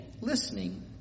listening